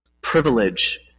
privilege